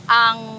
ang